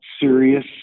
serious